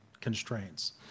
constraints